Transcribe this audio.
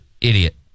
Idiot